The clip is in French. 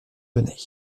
venaient